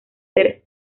ser